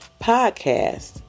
podcast